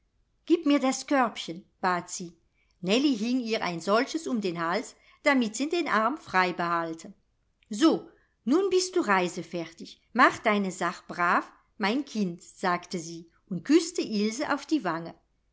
gieb mir das körbchen bat sie nellie hing ihr ein solches um den hals damit sie den arm frei behalte so nun bist du reisefertig mach deine sach brav mein kind sagte sie und küßte ilse auf die wange